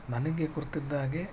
ನನಗೆ ಗುರುತಿದ್ದ ಹಾಗೆ